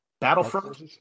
Battlefront